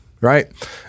right